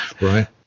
right